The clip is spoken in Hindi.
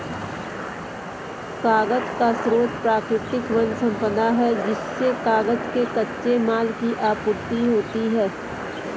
कागज का स्रोत प्राकृतिक वन सम्पदा है जिससे कागज के कच्चे माल की आपूर्ति होती है